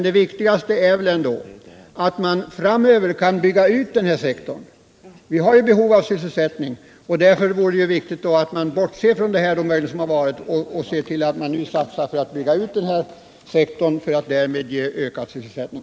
Det viktigaste är väl emellertid att man framöver kan bygga ut den sektorn. Vi har ju behov av ökad sysselsättning. Därför är det viktigt att bortse från det som möjligen har varit och satsa på att bygga ut den här sektorn för att därmed ge ökad sysselsättning.